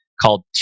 called